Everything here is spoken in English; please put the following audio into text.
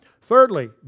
Thirdly